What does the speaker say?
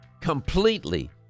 completely